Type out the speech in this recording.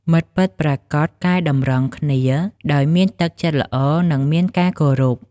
មិត្តពិតប្រាកដកែតម្រង់គ្នា ដោយមានទឹកចិត្តល្អ និងមានការគោរព។